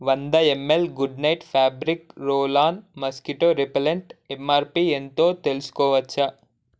వంద ML good night fabric roll on mosquito repellent MRP ఎంతో తెలుసుకోవచ్చా